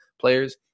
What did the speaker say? players